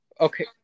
Okay